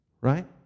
right